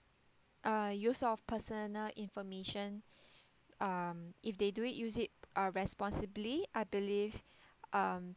uh use of personal information um if they do it use it uh responsibly I believe um